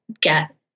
get